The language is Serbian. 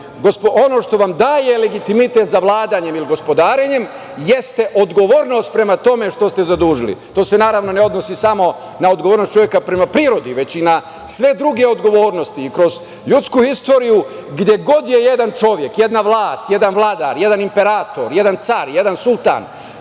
Ono što vam daje legitimitet za vladanjem ili gospodarenjem jeste odgovornost prema tome što ste zadužili. To se ne odnosi samo na odgovornost čoveka prema prirodi, već i na sve druge odgovornosti.I kroz ljudsku istoriju, gde god je jedan čovek, jedna vlast, jedan vladar, jedan imperator, jedan car, jedan sultan,